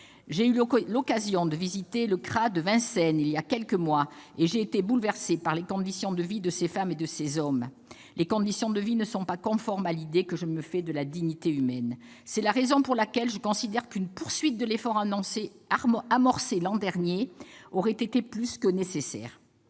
J'ai eu l'occasion de visiter le CRA de Vincennes il y a quelques mois et j'ai été bouleversée par les conditions de vie de ces femmes et de ces hommes, lesquelles ne sont pas conformes à l'idée que je me fais de la dignité humaine. C'est la raison pour laquelle je considère qu'une poursuite de l'effort amorcé l'an dernier aurait été plus que nécessaire.